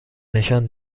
نشان